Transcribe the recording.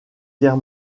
guerre